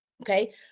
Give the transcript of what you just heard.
okay